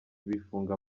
bifunga